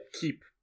keep